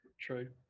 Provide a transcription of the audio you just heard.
True